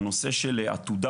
והנושא של עתודה